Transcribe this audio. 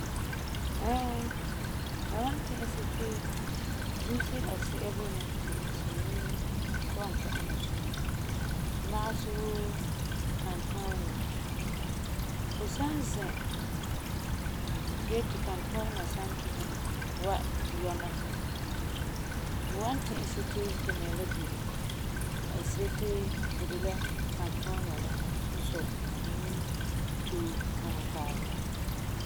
Ɛɛ, mam wan ti'isɛ ti dusi asi'a boi mɛ ti si nyuuŋo kɔ'ɔm ka ana suŋa. Magesɛ wuu kantuureŋa. Fu san zɛ' gee ti kantuureŋa san kiŋɛ wa yɔna fu, fu wan ti'isɛ ti fu nɛ la bino. Ziti la de la kantuureŋa la n sɔi nyuuntoo kuŋa taaba.